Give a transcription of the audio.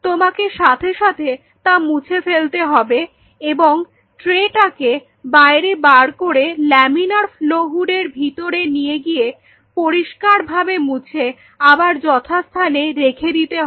তোমাকে সাথে সাথে তা মুছে ফেলতে হবে এবং ট্রেটাকে বাইরে বার করে লামিনার ফ্লও হুডের ভিতরে নিয়ে গিয়ে পরিষ্কার ভাবে মুছে আবার যথাস্থানে রেখে দিতে হবে